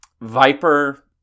Viper